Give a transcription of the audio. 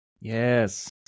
Yes